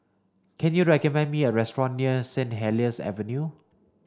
can you recommend me a restaurant near Saint Helier's Avenue